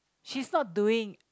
she's not doing